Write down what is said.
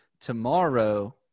tomorrow